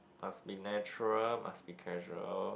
must be natural must be casual